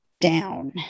down